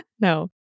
No